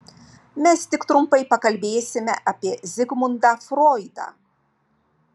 mes tik trumpai pakalbėsime apie zigmundą froidą